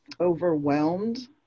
overwhelmed